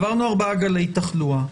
עברנו ארבעה גלי תחלואה.